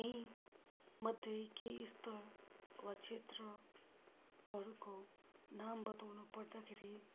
यीमध्ये केही स्थल वा क्षेत्रहरूको नाम बताउनु पर्दाखेरि